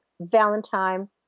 Valentine